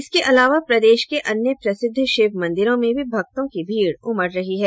इसके अलावा प्रदेश के अन्य प्रसिद्ध शिव मन्दिरों में भी भक्तों की भीड़ उमड़ रही है